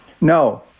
No